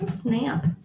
snap